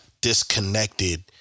disconnected